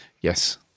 yes